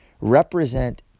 represent